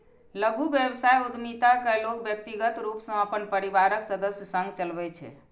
लघु व्यवसाय उद्यमिता कें लोग व्यक्तिगत रूप सं अपन परिवारक सदस्य संग चलबै छै